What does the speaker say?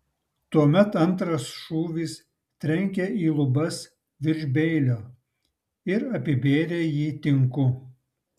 tuomet antras šūvis trenkė į lubas virš beilio ir apibėrė jį tinku